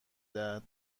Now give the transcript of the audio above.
دهد